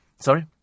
Sorry